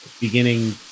beginning